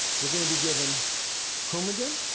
you're going to be given coumadin.